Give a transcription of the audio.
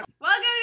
Welcome